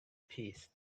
peace